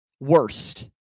Worst